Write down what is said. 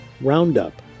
Roundup